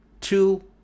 Two